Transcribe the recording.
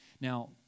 Now